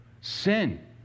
sin